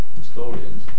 historians